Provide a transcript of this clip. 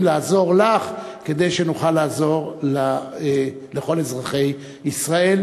לעזור לך כדי שנוכל לעזור לכל אזרחי ישראל,